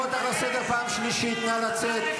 לצאת.